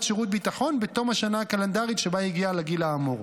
שירות ביטחון בתום השנה הקלנדרית שבה הגיע לגיל האמור.